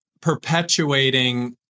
perpetuating